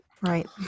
right